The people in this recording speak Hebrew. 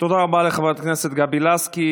תודה רבה לחברת הכנסת לסקי.